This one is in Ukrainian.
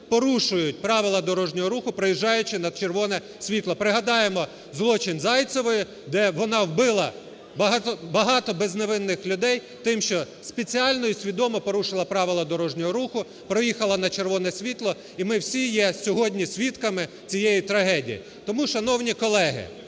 порушують правила дорожнього руху, проїжджаючи на червоне світло. Пригадаємо злочин Зайцевої, де вона вбила багато безневинних людей тим, що спеціально і свідомо порушила правила дорожнього руху, проїхала на червоне світло. І ми всі є сьогодні свідками цієї трагедії. Тому, шановні колеги,